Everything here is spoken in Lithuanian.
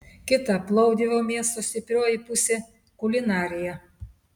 kita plovdivo miesto stiprioji pusė kulinarija